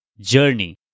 journey